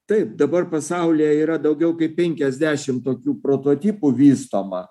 taip dabar pasaulyje yra daugiau kaip penkiasdešim tokių prototipų vystoma